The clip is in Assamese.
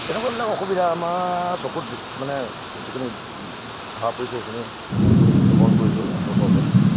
তেনেকুৱাবিলাক অসুবিধা আমাৰ চকুত মানে যিখিনি ধৰা পৰিছে সেইখিনি বিৱৰণ কৰিছোঁ আপোনালোকৰ আগত